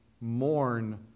mourn